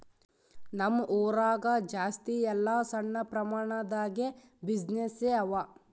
ನಮ್ ಊರಾಗ ಜಾಸ್ತಿ ಎಲ್ಲಾ ಸಣ್ಣ ಪ್ರಮಾಣ ದಾಗೆ ಬಿಸಿನ್ನೆಸ್ಸೇ ಅವಾ